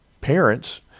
parents